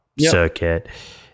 circuit